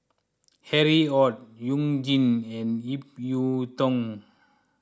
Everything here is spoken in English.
Harry Ord You Jin and Ip Yiu Tung